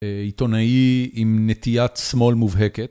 עיתונאי עם נטיית שמאל מובהקת.